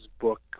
book